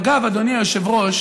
אגב, אדוני היושב-ראש,